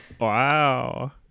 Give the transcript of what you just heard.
Wow